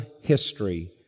history